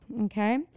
Okay